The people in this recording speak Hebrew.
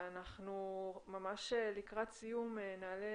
אנחנו ממש לקראת סיום, נעלה